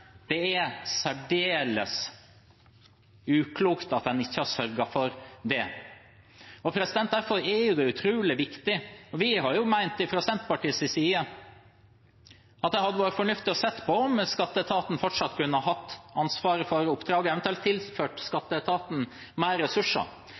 det. Derfor er det utrolig viktig, og vi har fra Senterpartiets side ment at det hadde vært fornuftig å se på om skatteetaten fortsatt kunne hatt ansvar for oppdraget, at en eventuelt